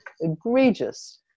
egregious